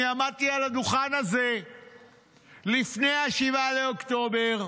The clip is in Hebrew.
אני עמדתי על הדוכן הזה לפני 7 באוקטובר,